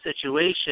situation